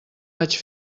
vaig